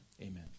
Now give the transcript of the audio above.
Amen